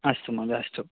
अस्तु महोदय अस्तु